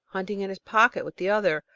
hunting in his pocket with the other,